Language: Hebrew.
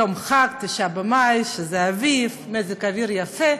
יום חג, 9 במאי, זה אביב, מזג האוויר יפה.